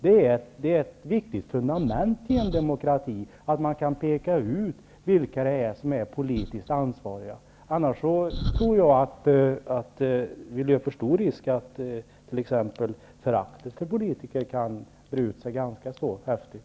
Det är ett viktigt fundament i en demokrati att man kan peka ut vilka som är politiskt ansvariga, annars tror jag att vi löper stor risk att t.ex. föraktet för politiker kan breda ut sig ganska mycket.